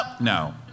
No